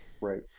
Right